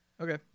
Okay